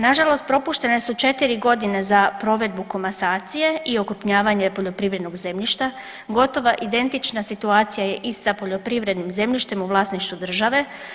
Nažalost propuštene su četiri godine za provedbu komasacije i okrupnjavanja poljoprivrednog zemljišta, gotovo identična situacija i sa poljoprivrednim zemljištem u vlasništvu države.